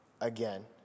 again